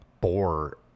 bore